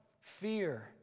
fear